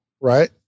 Right